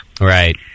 right